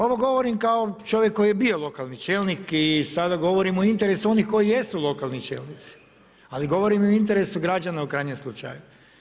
Ovo govorim kao čovjek koji je bio lokalni čelnik i sada govorim u interesu koji jesu lokalni čelnici, ali govorim i u interesu građana u krajnjem slučaju.